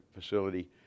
facility